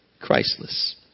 Christless